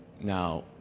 Now